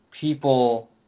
people